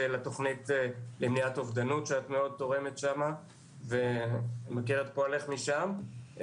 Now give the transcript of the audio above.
לתוכנית למניעת אובדנות שאת תורמת שם רבות ואני מכיר את פועלך משם.